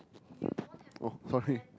oh sorry